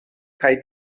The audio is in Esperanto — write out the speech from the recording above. kaj